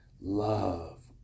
love